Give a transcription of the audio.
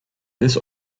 this